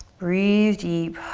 breathe deep.